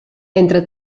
entre